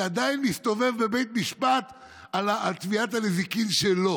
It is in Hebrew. שעדיין מסתובב בבית המשפט על תביעת הנזיקין שלו